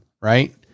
right